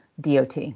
DOT